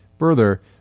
Further